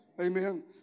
Amen